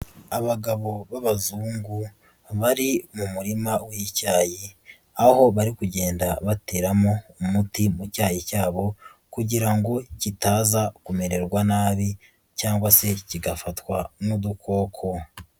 Abagabo b'abazungu bari mu murima w'icyayi, aho bari kugenda bateramo umuti mu cyayi cyabo kugira ngo kitaza kumererwa nabi cyangwa se kigafatwa n'udukoko.